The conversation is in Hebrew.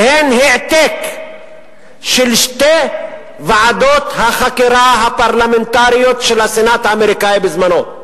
שהן העתק של שתי ועדות החקירה הפרלמנטריות של הסנאט האמריקני בזמנו,